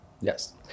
Yes